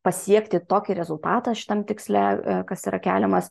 pasiekti tokį rezultatą šitam tiksle kas yra keliamas